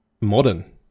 modern